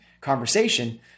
conversation